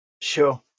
Sure